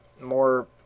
more